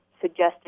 suggested